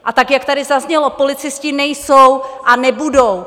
A tak jak tady zaznělo, policisté nejsou a nebudou.